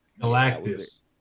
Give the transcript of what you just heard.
Galactus